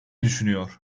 düşünüyor